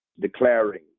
declaring